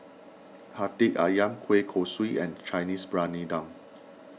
Hati Ayam Kueh Kosui and Chinese Briyani Dum